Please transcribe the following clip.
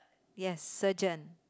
yes surgeon